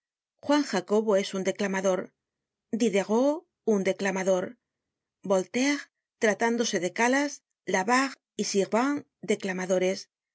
juan jacobo es un declamador diderot un declamador voltaire tratándose de calas labarre y sirvent declamadores no